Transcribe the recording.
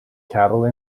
cattle